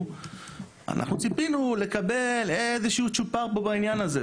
- אנחנו ציפינו לקבל איזשהו צ'ופר פה בעניין הזה,